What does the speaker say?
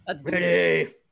Ready